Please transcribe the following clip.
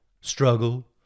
struggle